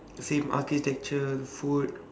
same architecture food